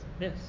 Yes